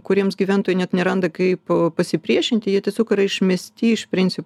kuriems gyventojai net neranda kaip pasipriešinti jie tiesiog yra išmesti iš principo